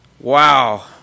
Wow